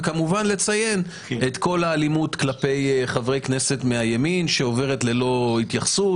וכמובן לציין את כל האלימות כלפי חברי כנסת מהימין שעוברת ללא התייחסות,